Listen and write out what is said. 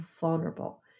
vulnerable